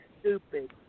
stupid